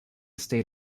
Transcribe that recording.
stayed